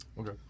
Okay